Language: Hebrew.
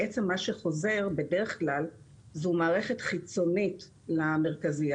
בעצם מה שחוזר בדרך כלל זו מערכת חיצונית למרכזייה.